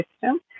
system